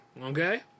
Okay